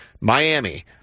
Miami